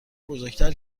بزرگتر